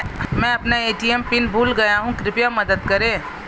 मैं अपना ATM PIN भूल गया हूँ कृपया मदद करें